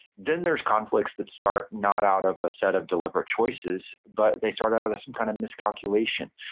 then there's conflicts that start not out of a set of deliberate choices, but they start out with some kind of miscalculation,